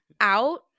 out